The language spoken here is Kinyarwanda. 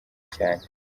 cyane